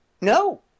No